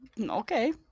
Okay